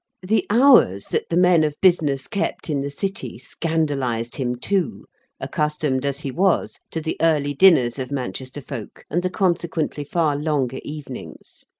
the hours that the men of business kept in the city scandalised him too accustomed as he was to the early dinners of manchester folk, and the consequently far longer evenings.